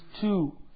two